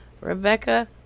rebecca